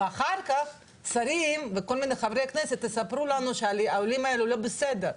ואחר כך שרים וכל מיני חברי כנסת יספרו לנו שהעולים האלו לא בסדר,